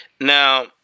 Now